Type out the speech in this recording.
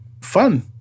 fun